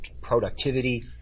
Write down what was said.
productivity